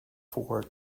for